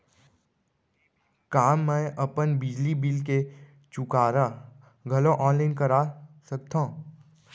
का मैं अपन बिजली बिल के चुकारा घलो ऑनलाइन करा सकथव?